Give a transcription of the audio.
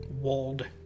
walled